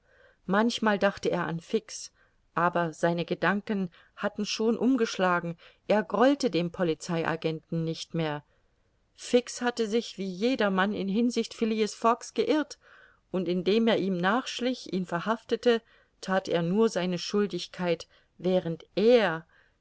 manchmal dachte er an fix aber seine gedanken hatten schon umgeschlagen er grollte dem polizei agenten nicht mehr fix hatte sich wie jedermann in hinsicht phileas fogg's geirrt und indem er ihm nachschlich ihn verhaftete that er nur seine schuldigkeit während er